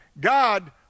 God